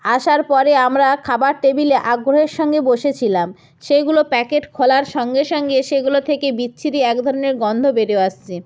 আসার পরে আমরা খাবার টেবিলে আগ্রহের সঙ্গে বসেছিলাম সেইগুলো প্যাকেট খোলার সঙ্গে সঙ্গে সেইগুলো থেকে বিচ্ছিরি এক ধরনের গন্ধ বেরিয়ে আসছে